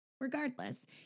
Regardless